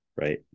right